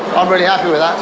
i'm really happy with that,